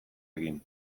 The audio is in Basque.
egin